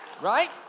right